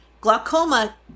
glaucoma